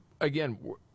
again